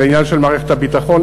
זה עניין של מערכת הביטחון.